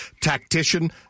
tactician